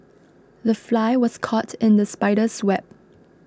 the fly was caught in the spider's web